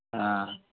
ᱦᱮᱸ